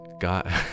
God